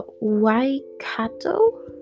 waikato